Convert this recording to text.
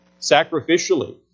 sacrificially